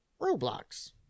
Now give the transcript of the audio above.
Roblox